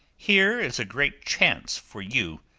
here is a great chance for you,